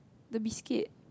the biscuit